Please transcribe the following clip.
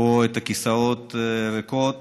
פה את הכיסאות ריקים.